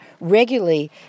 regularly